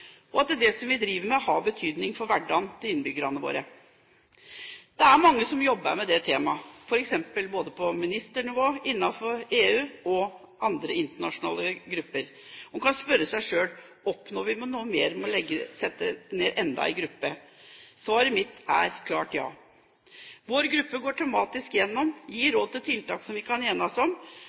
og at det som vi driver med, har betydning for hverdagen til innbyggerne våre. Det er mange som jobber med dette temaet – både på ministernivå, innenfor EU og innenfor andre internasjonale grupper. En kan spørre seg selv: Oppnår vi noe mer ved å sette ned enda en gruppe? Svaret mitt er et klart ja. Vår gruppe går tematisk igjennom og gir råd om tiltak som vi kan enes om,